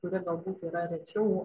kuri galbūt yra rečiau